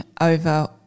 over